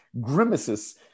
grimaces